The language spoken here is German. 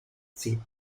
sie